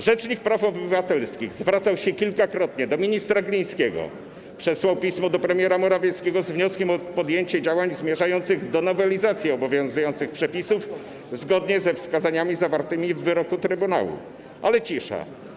Rzecznik praw obywatelskich zwracał się kilkakrotnie do ministra Glińskiego, przesłał pismo do premiera Morawieckiego z wnioskiem o podjęcie działań zmierzających do nowelizacji obowiązujących przepisów zgodnie ze wskazaniami zawartymi w wyroku trybunału, ale cisza.